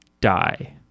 die